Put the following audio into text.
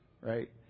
right